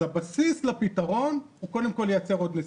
אז הבסיס לפתרון הוא קודם כל לייצר עוד נסיעות.